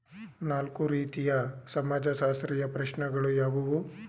ನಾಲ್ಕು ರೀತಿಯ ಸಮಾಜಶಾಸ್ತ್ರೀಯ ಪ್ರಶ್ನೆಗಳು ಯಾವುವು?